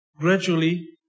Gradually